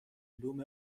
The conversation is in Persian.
علوم